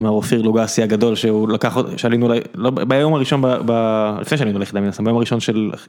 מר אופיר לוגסי הגדול שהוא לקח, שעלינו לעי.. ב.. ביום הראשון ב.. ב.. לפני שעלינו ל.. ביום הראשון של